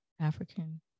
African